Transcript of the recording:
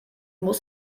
muss